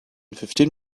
fifteen